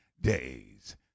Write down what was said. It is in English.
days